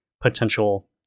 potential